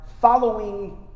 following